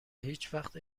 هیچوقت